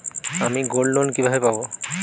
আমি গোল্ডলোন কিভাবে পাব?